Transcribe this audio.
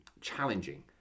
challenging